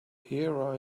here